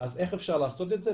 אז איך אפשר לעשות את זה?